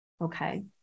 Okay